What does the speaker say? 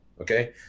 Okay